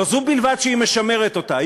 לא זו בלבד שהיא משמרת אותה,